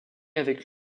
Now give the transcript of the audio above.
avec